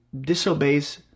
disobeys